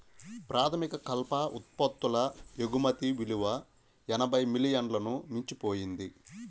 ప్రాథమిక కలప ఉత్పత్తుల ఎగుమతి విలువ ఎనభై మిలియన్లను మించిపోయింది